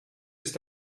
ist